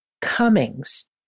Cummings